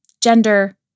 gender